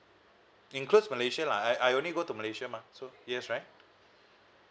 includes malaysia lah I I only go to malaysia mah so yes right